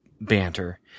banter